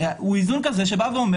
הוא איזון שאומר,